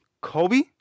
Kobe